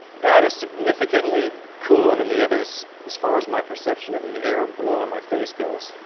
that is significantly cooler than the others as far as my perception of the air blowing in my face goes.